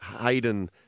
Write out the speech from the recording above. Hayden